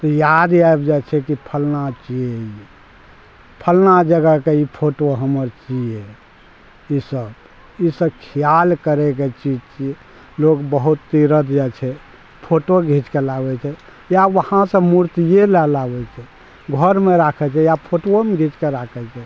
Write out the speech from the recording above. तऽ याद आबि जाइ छै कि फलना चीज फलना जगहके ई फोटो हमर छियै ई सब ई सब खियाल करैके चीज छियै लोक बहुत तीर्थ जाइ छै फोटो घीच कऽ लाबै छै या वहाँ से मूर्तिए लऽ लाबै छै घरमे राखै छै या फोटोओमे घीच कऽ राखै छै